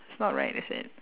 it's not right is it